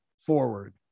forward